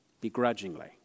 begrudgingly